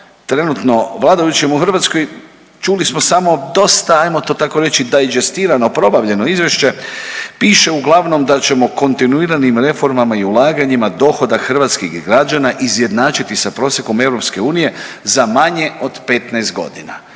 trenutno vladajućim u Hrvatskoj, čuli smo samo, dosta, ajmo to tako reći „dajđestirano“, probavljeno izvješće, piše uglavnom da ćemo kontinuiranim reformama i ulaganjima dohodak hrvatskih građana izjednačiti s prosjekom EU za manje od 15 godina.